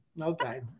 Okay